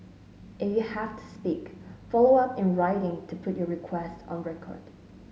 if you have to speak follow up in writing to put your requests on record